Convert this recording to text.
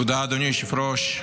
תודה, אדוני היושב-ראש.